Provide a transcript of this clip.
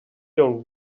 dont